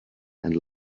and